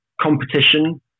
Competition